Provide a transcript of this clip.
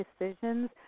decisions